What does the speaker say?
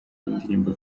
w’indirimbo